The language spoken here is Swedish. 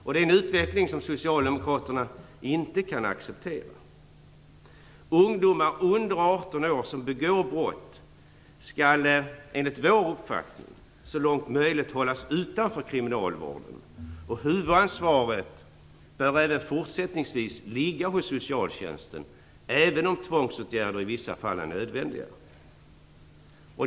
Det är en utveckling som vi socialdemokrater inte kan acceptera. Ungdomar under 18 år som begår brott skall enligt vår uppfattning så långt det är möjligt hållas utanför kriminalvården. Huvudansvaret bör även fortsättningsvis ligga på socialtjänsten, även om tvångsåtgärder i vissa fall är nödvändiga.